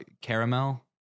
caramel